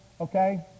okay